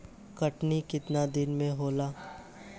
कटनी केतना दिन में होला?